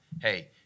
Hey